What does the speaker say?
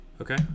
Okay